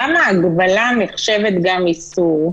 למה ההגבלה נחשבת גם איסור?